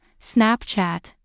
Snapchat